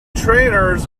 trainers